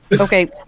okay